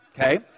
Okay